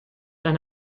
eine